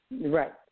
Right